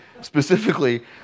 specifically